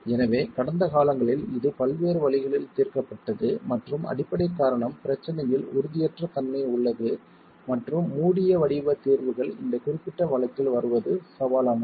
எனவே கடந்த காலங்களில் இது பல்வேறு வழிகளில் தீர்க்கப்பட்டது மற்றும் அடிப்படைக் காரணம் பிரச்சனையில் உறுதியற்ற தன்மை உள்ளது மற்றும் மூடிய வடிவ தீர்வுகள் இந்த குறிப்பிட்ட வழக்கில் வருவது சவாலானது